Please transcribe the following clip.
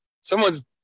Someone's